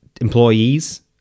employees